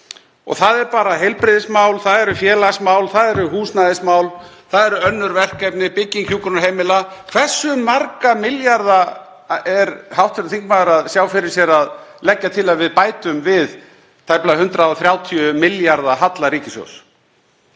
Það eru heilbrigðismál, það eru félagsmál, það eru húsnæðismál. Það eru önnur verkefni, bygging hjúkrunarheimila. Hversu marga milljarða sér hv. þingmaður fyrir sér að leggja til að við bætum við tæplega 130 milljarða halla ríkissjóðs?